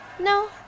No